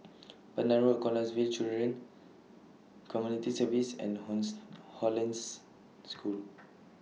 Pandan Road Canossaville Children Community Services and horns Hollandse School